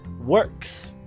WORKS